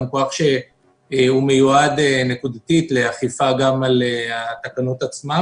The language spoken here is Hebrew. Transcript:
כוח שמיועד נקודתית לאכיפת תקנות הקורונה,